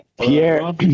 Pierre